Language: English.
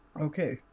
Okay